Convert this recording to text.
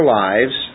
lives